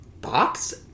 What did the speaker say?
box